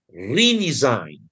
redesign